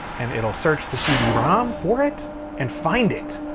and it'll search the cd-rom for it and find it.